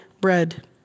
bread